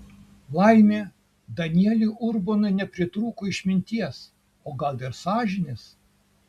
laimė danieliui urbonui nepritrūko išminties o gal ir sąžinės